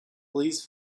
please